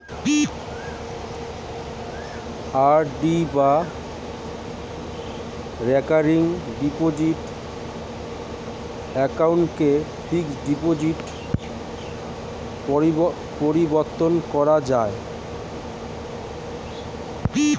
RD বা recurring deposit অ্যাকাউন্টকে fixed ডিপোজিটে পরিবর্তন করা যায়